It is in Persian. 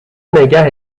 نگه